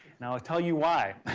now i'll tell you why.